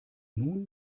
nun